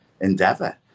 endeavor